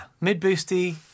Mid-boosty